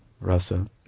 Rasa